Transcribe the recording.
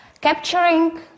capturing